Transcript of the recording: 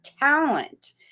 talent